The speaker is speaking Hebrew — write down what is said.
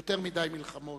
יותר מדי מלחמות,